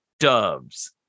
Doves